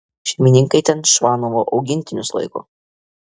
šeimininkai ten čvanovo augintinius laiko